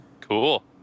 cool